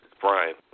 Brian